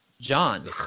John